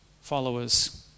followers